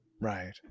Right